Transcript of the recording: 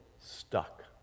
stuck